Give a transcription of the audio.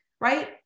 right